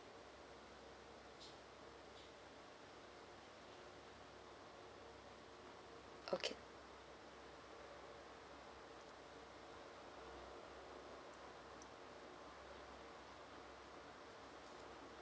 okay